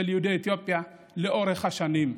של יהודי אתיופיה לאורך השנים.